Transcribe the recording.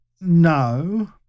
No